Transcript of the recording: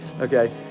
Okay